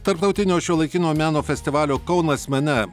tarptautinio šiuolaikinio meno festivalio kaunas mene